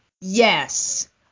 yes